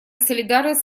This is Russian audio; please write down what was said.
солидарность